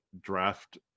draft